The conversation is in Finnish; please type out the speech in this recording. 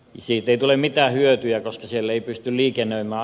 siitä ei tule mitään hyötyjä koska siellä ei pysty liikennöimään